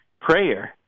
prayer